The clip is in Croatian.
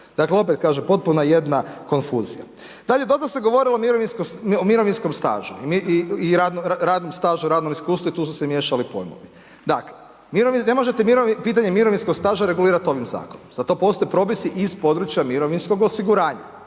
Dakle, opet kažem potpuna jedna konfuzija. Dalje, dosta se govorilo o mirovinskom stažu i radnom stažu, radnom iskustvu i tu su se miješali pojmovi. Dakle, ne možete pitanje mirovinskog staža regulirati ovim zakonom za to postoje propisi iz područja mirovinskog osiguranja,